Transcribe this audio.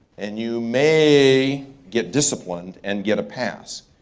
and you may get disciplined, and get a pass.